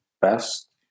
best